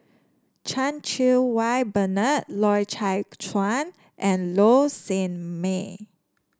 Chan Cheng Wah Bernard Loy Chye Chuan and Low Sanmay